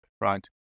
right